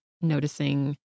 noticing